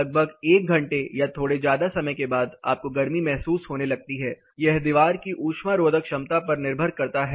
लगभग एक घंटे या थोड़े ज्यादा समय के बाद आपको गर्मी महसूस होने लगती है यह दीवार की ऊष्मा रोधक क्षमता पर निर्भर करता है